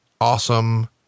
Awesome